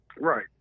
Right